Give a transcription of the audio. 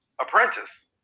apprentice